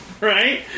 right